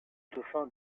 dauphin